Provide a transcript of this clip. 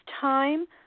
time